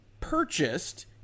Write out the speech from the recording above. purchased